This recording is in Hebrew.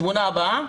בתמונה הבאה